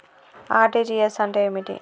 RTGS అంటే ఏమిటి?